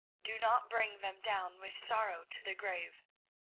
do not bring them down with sorrow to the grave.